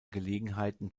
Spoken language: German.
gelegenheiten